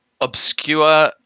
obscure